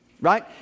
right